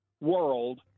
world